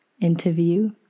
interview